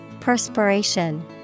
Perspiration